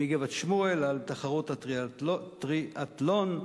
מגבעת-שמואל, על תחרות הטריאתלון,